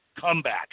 comeback